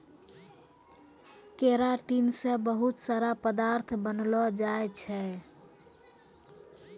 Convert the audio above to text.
keratin से बहुत सारा पदार्थ बनलो जाय छै